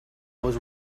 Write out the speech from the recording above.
was